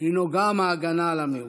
הינו גם ההגנה על המיעוט.